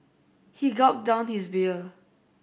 he gulped down his beer